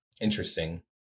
interesting